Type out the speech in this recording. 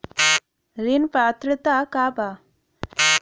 ऋण पात्रता का बा?